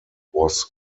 was